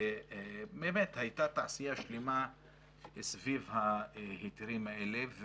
והייתה תעשייה שלמה סביב ההיתרים האלה,